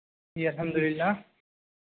جی الحمد للہ